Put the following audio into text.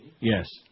Yes